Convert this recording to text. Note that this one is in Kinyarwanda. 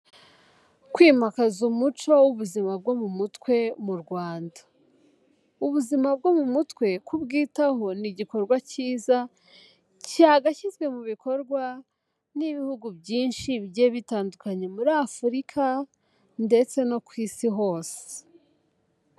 Kwimakaza umuco w'ubuzima bwo mu mutwe mu Rwanda. Ubuzima bwo mu mutwe kubwitaho ni igikorwa kiza cyagashyizwe mu bikorwa n'Ibihugu byinshi bigiye bitandukanye muri Afurika ndetse no ku Isi hose.